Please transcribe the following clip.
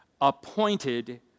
appointed